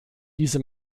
diese